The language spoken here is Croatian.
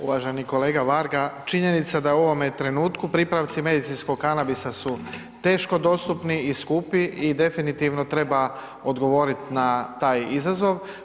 Uvaženi kolega Varga, činjenica da u ovome trenutku pripravci medicinskog kanabisa su teško dostupni i skupi i definitivno treba odgovorit na taj izazov.